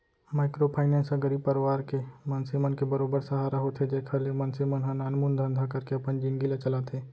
micro finance ह गरीब परवार के मनसे मन के बरोबर सहारा होथे जेखर ले मनसे मन ह नानमुन धंधा करके अपन जिनगी ल चलाथे